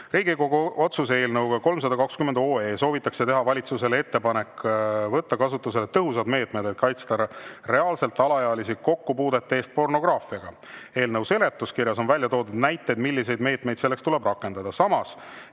Riigikogu otsuse eelnõuga 32[6] soovitakse teha valitsusele ettepanek võtta kasutusele tõhusad meetmed, et kaitsta reaalselt alaealisi kokkupuudete eest pornograafiaga. Eelnõu seletuskirjas on toodud näited, milliseid meetmeid selleks tuleb rakendada. Samas